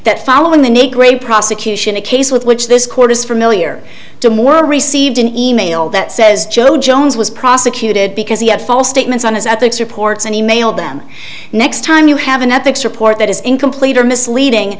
that following than a grain prosecution a case with which this court is familiar to more received an e mail that says joe jones was prosecuted because he had false statements on his ethics reports and e mailed them next time you have an ethics report that is incomplete or misleading